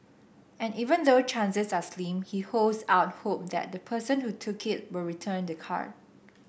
and even though chances are slim he holds out hope that the person who took it will return the card